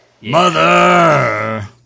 Mother